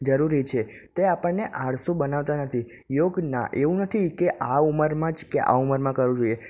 જરૂરી છે તે આપણને આળસુ બનાવતા નથી યોગ ના એવું નથી કે આ ઉંમરમાં જ કે આ ઉંમરમાં કરવું જોઈએ